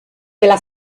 della